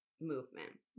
movement